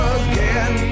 again